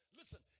Listen